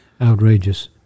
outrageous